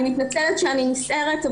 אני מתנצלת שאני נסערת,